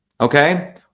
Okay